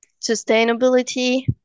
sustainability